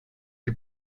die